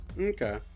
Okay